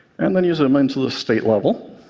and then you zoom in to the state level,